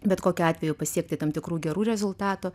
bet kokiu atveju pasiekti tam tikrų gerų rezultatų